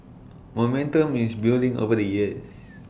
momentum is building over the years